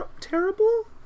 terrible